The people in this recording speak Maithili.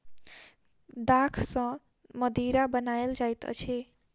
दाख सॅ मदिरा बनायल जाइत अछि